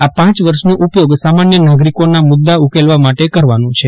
આ પાંચ વર્ષનો ઉપયોગ સામાન્ય નાગરિકોના મુદ્દા ઉકેલવા માટે કરવાનો છે